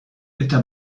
eta